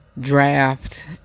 draft